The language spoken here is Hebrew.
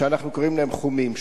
שאנחנו קוראים להם "חומים",